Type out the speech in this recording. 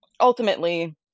Ultimately